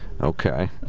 Okay